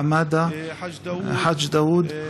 חמאדה חאג' דאוד,